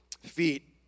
feet